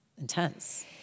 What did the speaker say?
intense